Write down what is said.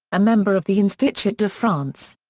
a member of the institut de france.